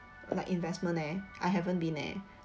like investment eh I haven't been eh